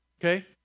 Okay